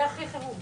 זה הכי חירום.